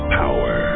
power